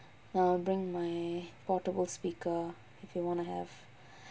I'll bring my portable speaker if you wanna have